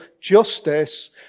justice